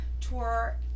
tour